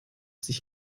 sich